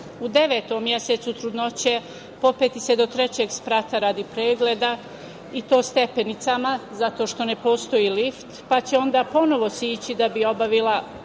u devetom mesecu trudnoće popeti se do trećeg sprata radi pregleda, i to stepenicama, zato što ne postoji lift, pa će onda ponovo sići da bi obavila ili